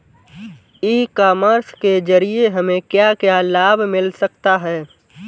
ई commerce के ज़रिए हमें क्या क्या लाभ मिल सकता है?